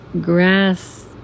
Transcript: grass